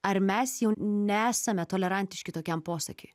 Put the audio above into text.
ar mes jau nesame tolerantiški tokiam posakiui